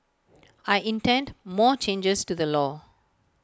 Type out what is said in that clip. I intend more changes to the law